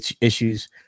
issues